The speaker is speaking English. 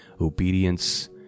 obedience